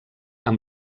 amb